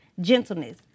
gentleness